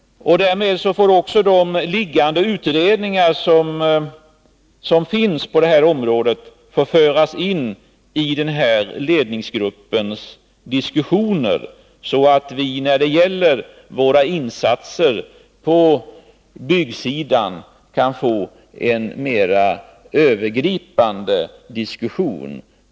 Detta betyder också att föreliggande utredningar på detta område kan föras in i ledningsgruppens diskussioner, för att möjliggöra ett mera övergripande meningsutbyte om våra insatser på byggsidan.